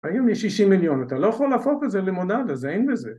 ‫היום יש 60 מיליון, ‫אתה לא יכול להפוך את זה ללימונדה, זה אין בזה.